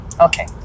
Okay